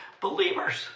believers